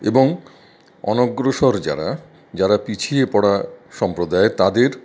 এবং অনগ্রসর যারা যারা পিছিয়ে পরা সম্প্রদায় তাদের